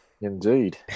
Indeed